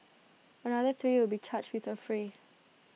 another three will be charged with affray